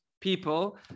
people